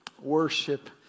Worship